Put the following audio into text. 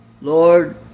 Lord